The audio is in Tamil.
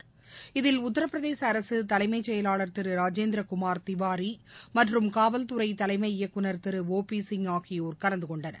செயலாளர் இதில் உத்தரப்பிரதேசஅரசுதலைமைச் திருராஜேந்திரகுமார் திவாரிமற்றம் காவல்துறைதலைமை இயக்குனர் திரு ஓ பிசிய் ஆகியோர் கலந்துகொண்டனர்